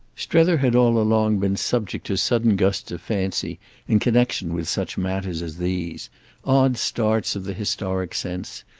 strether had all along been subject to sudden gusts of fancy in connexion with such matters as these odd starts of the historic sense,